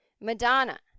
Madonna